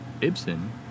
Ibsen